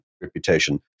reputation